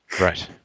Right